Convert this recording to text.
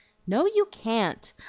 no, you can't!